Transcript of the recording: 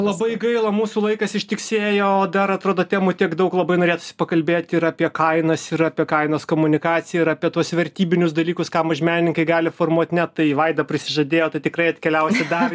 labai gaila mūsų laikas ištiksėjo o dar atrodo temų tiek daug labai norėtųsi pakalbėti ir apie kainas ir apie kainas komunikacijoj ir apie tuos vertybinius dalykus ką mažmenininkai gali formuoti ne tai vaida prisižadėjo tad tikrai atkeliausi dar